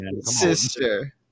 Sister